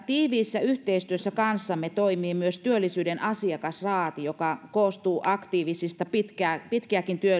tiiviissä yhteistyössä kanssamme toimii myös työllisyyden asiakasraati joka koostuu aktiivisista pitkiäkin